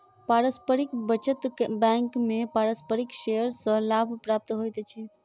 पारस्परिक बचत बैंक में पारस्परिक शेयर सॅ लाभ प्राप्त होइत अछि